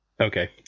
Okay